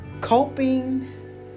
coping